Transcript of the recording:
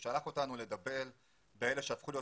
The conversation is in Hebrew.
הוא שלחו אותנו לטפל באלה שהפכו להיות